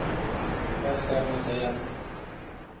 स्वस्थ रहना चाही आदमीकेँ